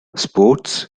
sports